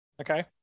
Okay